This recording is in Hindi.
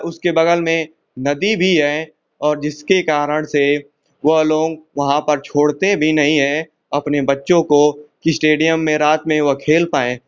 उसके बगल में नदी भी है और जिसके कारण से वह लोग वहाँ पर छोड़ते भी नहीं हैं अपने बच्चों को कि इस्टेडियम में रात में वह खेल पाएँ